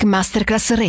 Masterclass